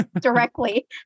directly